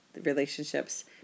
relationships